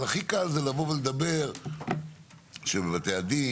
אבל הכי קל זה לבוא ולדבר שבבתי הדין,